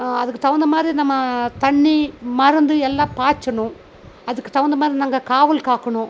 அதற்கு தகுந்த மாதிரி நம்ம தண்ணி மருந்து எல்லாம் பாய்ச்சணும் அதற்கு தகுந்த மாதிரி நாங்கள் காவல் காக்கணும்